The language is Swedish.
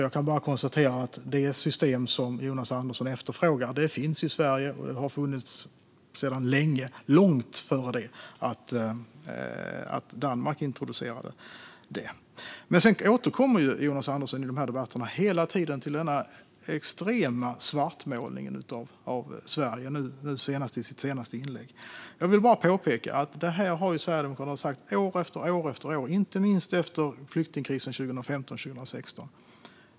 Jag kan bara konstatera att det system som Jonas Andersson efterfrågar finns i Sverige och har funnits sedan länge - sedan långt innan Danmark introducerade det. Jonas Andersson återkommer i dessa debatter hela tiden till den extrema svartmålningen av Sverige, nu senast i sitt senaste inlägg. Jag vill bara påpeka att Sverigedemokraterna har sagt detta år efter år, inte minst efter flyktingkrisen 2015-2016.